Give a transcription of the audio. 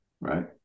right